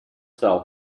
cell